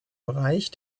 bereich